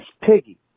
Piggy